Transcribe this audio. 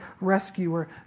rescuer